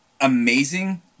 amazing